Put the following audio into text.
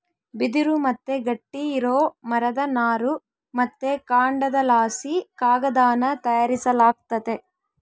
ಬಿದಿರು ಮತ್ತೆ ಗಟ್ಟಿ ಇರೋ ಮರದ ನಾರು ಮತ್ತೆ ಕಾಂಡದಲಾಸಿ ಕಾಗದಾನ ತಯಾರಿಸಲಾಗ್ತತೆ